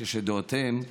כשדעותיהם שונות,